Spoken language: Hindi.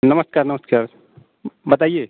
नमस्कार नमस्कार बताइए